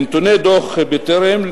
מנתוני דוח "בטרם"